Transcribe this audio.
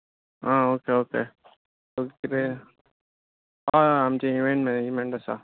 आं okay okay हय हय आमचें इव्हेंट मॅनेजमँट आसा